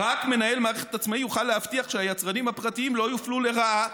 "רק מנהל מערכת עצמאי יוכל להבטיח שהיצרנים הפרטיים לא יופלו לרעה